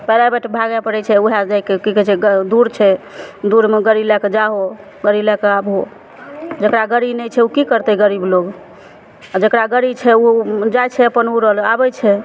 private भागय पड़य छै उएह जे की कहय छै दूर छै दूरमे गड़ी लए कऽ जाहो गड़ी लअ कऽ आबहो जकरा गाड़ी नहि छै की करतय गरीब लोग आओर जेकरा गाड़ी छै जाइ छै अपन उड़ल आबय छै